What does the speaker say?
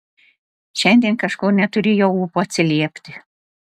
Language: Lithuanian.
šiandien kažko neturėjau ūpo atsiliepti